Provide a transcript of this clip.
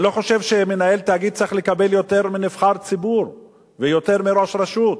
אני לא חושב שמנהל תאגיד צריך לקבל יותר מנבחר ציבור ויותר מראש רשות,